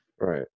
Right